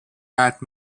pat